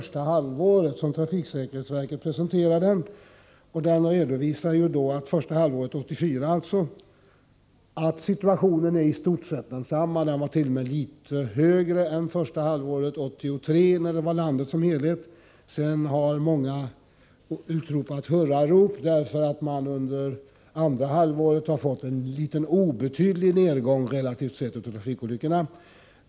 Trafiksäkerhetsverket har presenterat siffror för olycksutvecklingen under första halvåret 1984. Situationen är i stort sett densamma. Siffrorna ärt.o.m. litet högre än första halvåret 1983 beträffande landet som helhet. Många har ropat hurra därför att det under andra halvåret blev en obetydlig nedgång relativt sett av trafikolyckorna.